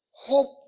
Hope